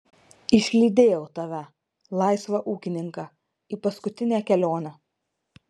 išlydėjau tave laisvą ūkininką į paskutinę kelionę